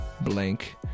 blank